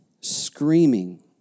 screaming